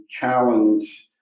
challenge